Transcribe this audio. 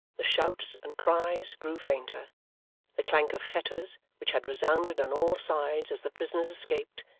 the shouts and cries grew fainter the clank of fetters, which had resounded on all sides as the prisoners escaped,